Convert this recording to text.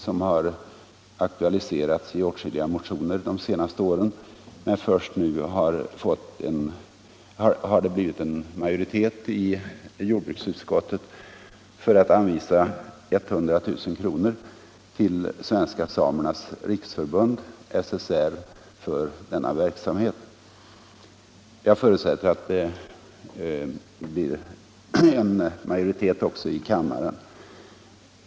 Den har aktualiserats i åtskilliga motioner de senaste åren, men först nu har det blivit en majoritet i jordbruksutskottet för att anvisa 100 000 kr. till Svenska samernas riksförbund, SSR, för denna verksamhet. Jag förutsätter att det blir en majoritet också i kammaren.